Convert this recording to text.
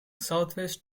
southwest